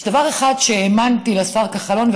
יש דבר אחד שהאמנתי לשר כחלון,